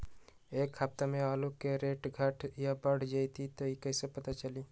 एक सप्ताह मे आलू के रेट घट ये बढ़ जतई त कईसे पता चली?